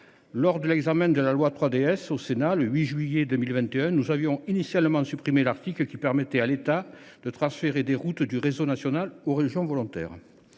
Lors de l’examen de la loi 3DS au Sénat, le 8 juillet 2021, nous avions initialement supprimé l’article qui permettait à l’État de transférer des routes du réseau national aux régions volontaires.